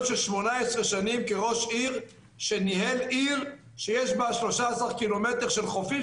של 18 שנים כראש עיר שניהל עיר שיש בה 13 ק"מ של חופים,